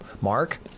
Mark